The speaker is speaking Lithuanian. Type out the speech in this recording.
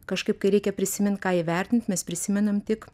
kažkaip kai reikia prisimint ką įvertint mes prisimenam tik